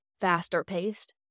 faster-paced